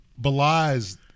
belies